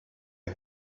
and